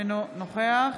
אינו נוכח